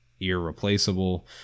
irreplaceable